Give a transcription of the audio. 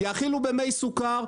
יאכילו במי סוכר,